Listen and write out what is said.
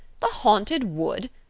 the haunted wood!